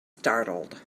startled